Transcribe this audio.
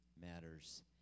matters